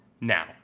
Now